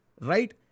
right